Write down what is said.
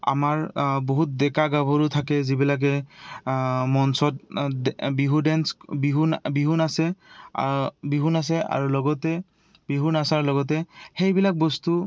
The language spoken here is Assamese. আমাৰ বহুত ডেকা গাভৰু থাকে যিবিলাকে মঞ্চত বিহু ডেন্স বিহু বিহু নাচে বিহু নাচে আৰু লগতে বিহু নাচাৰ লগতে সেইবিলাক বস্তু